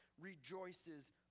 rejoices